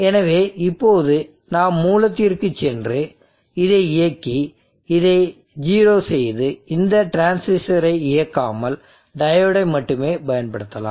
எனவே இப்போது நாம் மூலத்திற்குச் சென்று இதை இயக்கி இதை 0 செய்து இந்த டிரான்சிஸ்டரை இயக்காமல் டையோடை மட்டுமே பயன்படுத்தலாம்